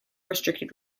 restricted